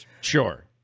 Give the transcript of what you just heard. Sure